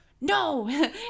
no